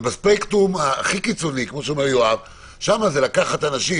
אז במקרה הכי קיצוני שם זה לקחת אנשים,